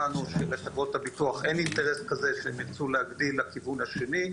לשב"ן או לחברות הביטוח אין אינטרס כזה שהם ירצו להגדיל לכיוון השני.